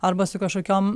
arba su kažkokiom